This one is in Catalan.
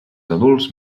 adults